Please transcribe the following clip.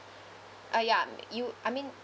uh ya you I mean